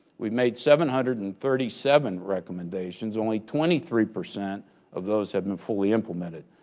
we've made seven hundred and thirty seven recommendations, only twenty three percent of those have been fully implemented.